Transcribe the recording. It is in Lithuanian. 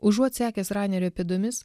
užuot sekęs ranerio pėdomis